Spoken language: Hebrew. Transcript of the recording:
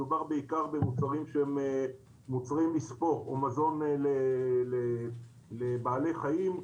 מדובר בעיקר במוצרים שהם מוצרי מספוא או מזון לבעלי חיים,